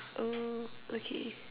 oh okay